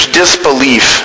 disbelief